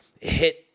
hit